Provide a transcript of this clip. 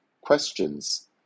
questions